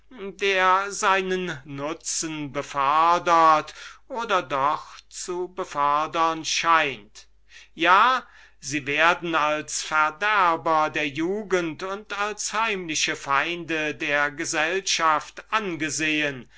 der seinen nutzen befördert oder doch zu befördern scheint ja sie werden als verderber der jugend und als heimliche feinde der gesellschaft angesehen